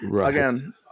again